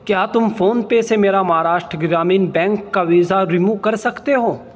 کیا تم PhonePe سے میرا مہاراشٹر گرامین بینک کا ویزا رموو کر سکتے ہو